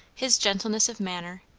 his gentleness of manner,